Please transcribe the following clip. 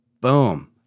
Boom